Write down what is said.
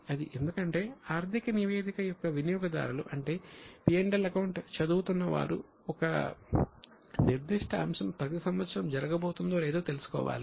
అది ఎందుకంటే ఆర్థిక నివేదిక యొక్క వినియోగదారులు అంటే P L అకౌంట్ చదువుతున్న వారు ఒక నిర్దిష్ట అంశం ప్రతి సంవత్సరం జరగబోతుందో లేదో తెలుసుకోవాలి